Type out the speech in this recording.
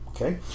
Okay